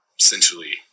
essentially